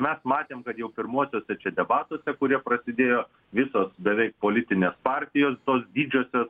mes matėm kad jau pirmuosiuose debatuose kurie prasidėjo visos beveik politinės partijos tos didžiosios